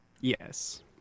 Yes